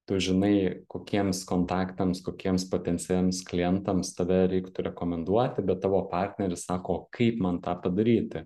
tu žinai kokiems kontaktams kokiems potenciems klientams tave reiktų rekomenduoti bet tavo partneris sako o kaip man tą padaryti